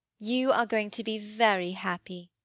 you are going to be very happy!